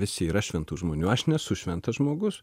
visi yra šventų žmonių aš nesu šventas žmogus